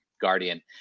guardian